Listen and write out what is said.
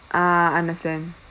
ah understand